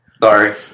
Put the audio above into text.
Sorry